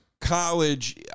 college